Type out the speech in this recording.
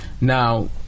Now